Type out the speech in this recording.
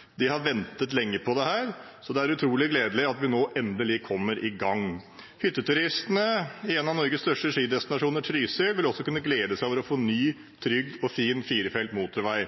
de som bor langs veien, har ventet lenge på dette, så det er utrolig gledelig at vi nå endelig kommer i gang. Hytteturistene i en av Norges største skidestinasjoner, Trysil, vil også kunne glede seg over å få ny, trygg og fin firefelts motorvei.